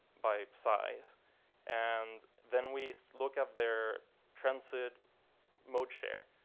by size and then we look at their transit mode share,